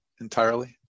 entirely